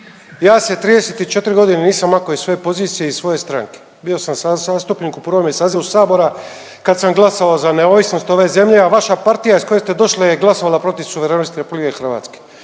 Ja se 34 godine nisam maknuo iz svoje pozicije, iz svoje stranke. Bio sam zastupnik u prvome sazivu saziva kad sam glasao za neovisnost ove zemlje, a vaša partija iz koje ste došli je glasovala protiv suverenosti RH.